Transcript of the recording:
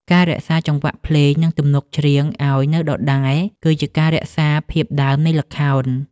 ការរក្សាចង្វាក់ភ្លេង និងទំនុកច្រៀងឱ្យនៅដដែល គឺជាការរក្សាភាពដើមនៃល្ខោន។